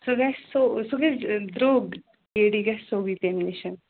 سُہ گَژھِ سو سُہ گژھِ درٛوٚگ کے ڈی گژھِ سۄگٕے تمہِ نِش